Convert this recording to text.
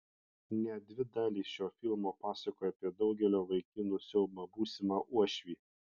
net dvi dalys šio filmo pasakoja apie daugelio vaikinų siaubą būsimą uošvį